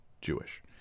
Jewish